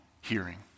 hearing